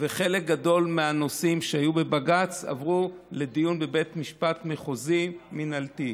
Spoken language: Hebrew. וחלק גדול מהנושאים שהיו בבג"ץ עברו לדיון בבית משפט מחוזי מינהלתי.